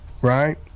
right